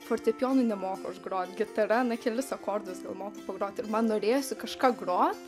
fortepijonu nemoku aš grot gitara kelis akordus gal moku pagrot ir man norėjosi kažką grot